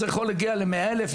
אז זה יכול להגיע ל-100 אלף,